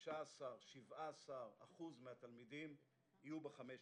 שכ-17% מהתלמידים יהיו ב-5 יחידות.